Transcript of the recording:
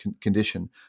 condition